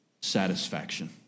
satisfaction